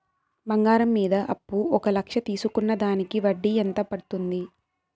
బంగారం మీద అప్పు ఒక లక్ష తీసుకున్న దానికి వడ్డీ ఎంత పడ్తుంది?